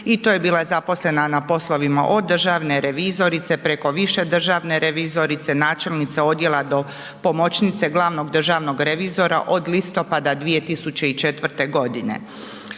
i to je bila zaposlena na poslovima od državne revizorice preko više državne revizorice, načelnice odjela do pomoćnice glavnog državnog revizora od listopada 2004. godine.